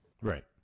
Right